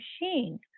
machine